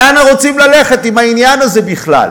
לאן רוצים ללכת עם העניין הזה בכלל?